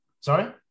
Sorry